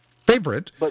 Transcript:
favorite